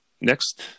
next